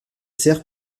cerfs